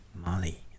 Molly